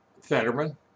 Fetterman